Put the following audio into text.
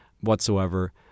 whatsoever